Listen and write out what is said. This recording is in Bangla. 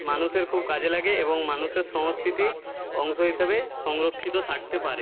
মানুষের খুব কাজে লাগে এবং মানুষের সংস্কৃতির অংশ হিসেবে সংরক্ষিত থাকতে পারে